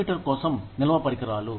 computer కోసం నిల్వ పరికరాలు